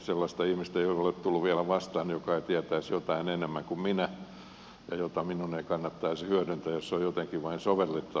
sellaista ihmistä ei ole tullut vielä vastaan joka ei tietäisi jotain enemmän kuin minä ja jota minun ei kannattaisi hyödyntää jos se on jotenkin vain sovellettavissa